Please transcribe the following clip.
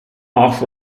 off